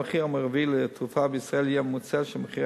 המחיר המרבי לתרופה בישראל יהיה הממוצע של מחירי